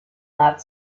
that